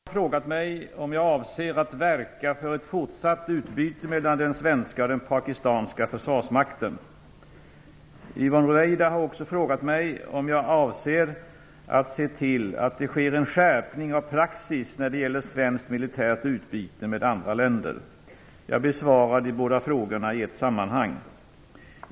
Fru talman! Yvonne Ruwaida har frågat mig om jag avser att verka för ett fortsatt utbyte mellan den svenska och den pakistanska försvarsmakten. Yvonne Ruwaida har också frågat mig om jag avser att se till att det sker en skärpning av praxis när det gäller svenskt militärt utbyte med andra länder. Jag besvarar de båda frågorna i ett sammanhang.